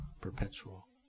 Perpetual